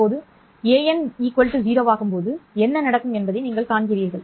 இப்போது an 0 ஆகும்போது என்ன நடக்கும் என்பதை நீங்கள் காண்கிறீர்கள்